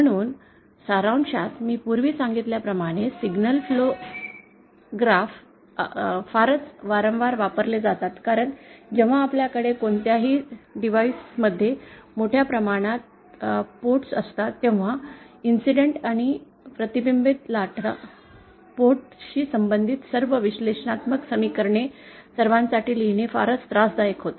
म्हणून सारांशात मी पूर्वी सांगितल्याप्रमाणे सिग्नल फ्लो आलेख फारच वारंवार वापरले जातात कारण जेव्हा आपल्याकडे कोणत्याही डिव्हाइस मध्ये मोठ्या प्रमाणात पोर्ट असतात तेव्हा इंसिडेन्ट आणि प्रतिबिंबित लाटा पोर्ट शी संबंधित सर्व विश्लेषणात्मक समीकरणे सर्वांसाठी लिहिणे फारच त्रासदायक होते